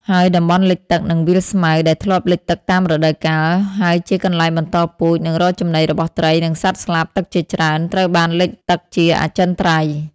ហើយ តំបន់លិចទឹក និងវាលស្មៅ ដែលធ្លាប់លិចទឹកតាមរដូវកាល ហើយជាកន្លែងបន្តពូជ និងរកចំណីរបស់ត្រី និងសត្វស្លាបទឹកជាច្រើន ត្រូវបានលិចទឹកជាអចិន្ត្រៃយ៍។